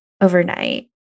overnight